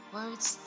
words